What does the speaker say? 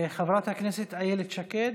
חברת הכנסת איילת שקד,